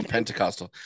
Pentecostal